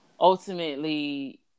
ultimately